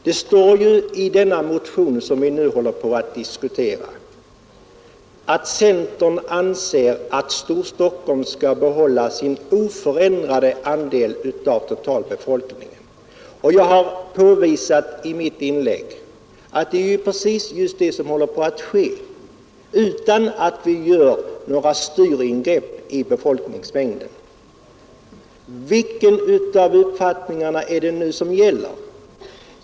Det står i den motion som vi nu diskuterar att centern anser att Storstockholm skall behålla sin andel av totalbefolkningen oförändrad. Jag har påvisat i mitt inlägg att det är precis det som håller på att ske, utan att vi gör några styringrepp i befolkningsmängden. Vilken av uppfattningarna är det som gäller?